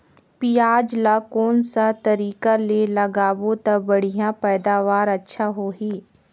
पियाज ला कोन सा तरीका ले लगाबो ता बढ़िया पैदावार अच्छा होही?